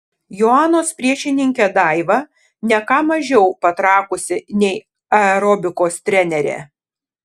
joanos priešininkė daiva ne ką mažiau patrakusi nei aerobikos trenerė